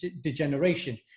degeneration